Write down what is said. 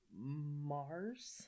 Mars